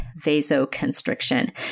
vasoconstriction